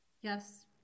YES